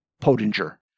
Pottinger